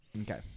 Okay